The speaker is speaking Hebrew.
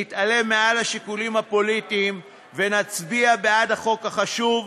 נתעלה מעל השיקולים הפוליטיים ונצביע בעד החוק החשוב,